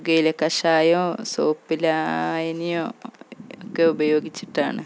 പുകയിലക്കഷായമോ soap ലായനിയോ ഒക്കെ ഉപയോഗിച്ചിട്ടാണ്